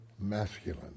masculine